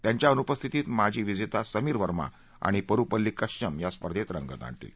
त्यांच्या अनुपस्थितीत माजी विजेता समीर वर्मा आणि परुपल्ली कश्यप स्पर्धेत रंगत आणतील